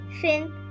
Finn